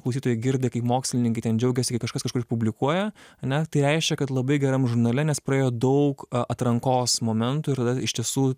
klausytojai girdi kai mokslininkai džiaugiasi kai kažkas kažkur publikuoja ane tai reiškia kad labai geram žurnale nes praėjo daug atrankos momentų ir iš tiesų